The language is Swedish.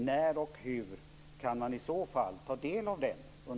När och hur kan man i så fall ta del av den?